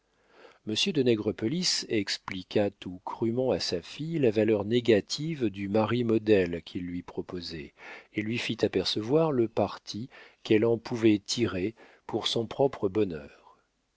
de nègrepelisse expliqua tout crûment à sa fille la valeur négative du mari modèle qu'il lui proposait et lui fit apercevoir le parti qu'elle en pouvait tirer pour son propre bonheur